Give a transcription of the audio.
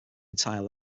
entire